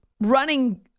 running